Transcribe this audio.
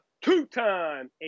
two-time